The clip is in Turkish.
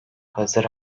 hazır